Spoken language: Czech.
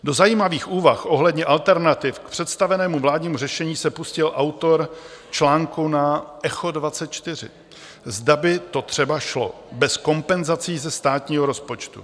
Do zajímavých úvah ohledně alternativ k představenému vládnímu řešení se pustil autor článku na Echo24, zda by to třeba šlo bez kompenzací ze státního rozpočtu.